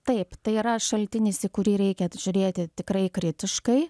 taip tai yra šaltinis į kurį reikia žiūrėti tikrai kritiškai